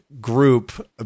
group